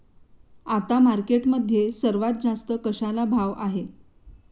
आता मार्केटमध्ये सर्वात जास्त कशाला भाव आहे?